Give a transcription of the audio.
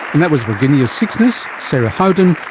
and that was virginijus siksnys, sara howden,